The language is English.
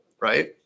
right